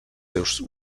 seus